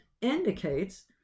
indicates